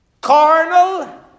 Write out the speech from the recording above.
carnal